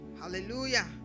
Hallelujah